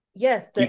yes